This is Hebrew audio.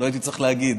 לא הייתי צריך להגיד,